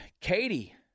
Katie